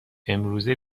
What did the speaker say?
امروزه